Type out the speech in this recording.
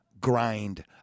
grind